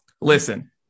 Listen